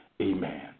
Amen